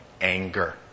anger